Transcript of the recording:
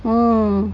um